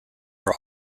are